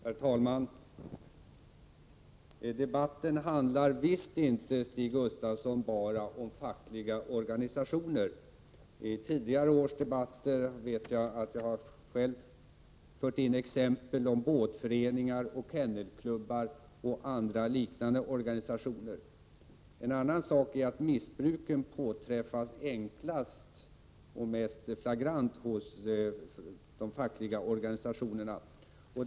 Herr talman! Debatten handlar visst inte bara om fackliga organisationer, Stig Gustafsson. I tidigare års debatter vet jag att jag själv har fört in exempel beträffande båtföreningar, kennelklubbar och andra liknande organisationer. En annan sak är att missbruken påträffas enklast och mest flagrant hos de fackliga organisationerna.